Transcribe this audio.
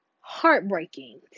heartbreaking